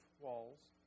walls